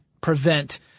prevent